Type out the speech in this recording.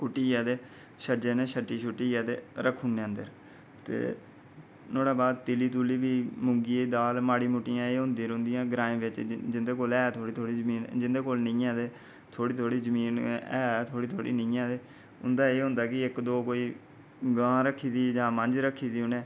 कुट्टियै ते छज्जै ने छट्टी छुट्टियै रक्खुडने अंदर ते बाद तिली तुली बी मुंगी दी दाल माड़ी मुट्टियां एह् होंदिया रौंह्दियां ग्रांएं बिच्च जिंदे कोल ऐ थोह्ड़ी थोह्ड़ी जमीन जिंदे कोल नीं थोह्ड़ी थोह्ड़ी ऐ उं'दा एह् होंदा कि इक दो कोई गां रक्खी दी जां मंज रक्खी दी उ'नें